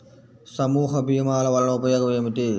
సమూహ భీమాల వలన ఉపయోగం ఏమిటీ?